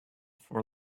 for